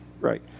right